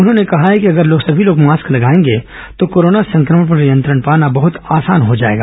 उन्होंने कहा है कि अगर सभी लोग मास्क लगाएंगे तो कोरोना संक्रमण पर नियंत्रण पाना बहुत आसान हो जाएगा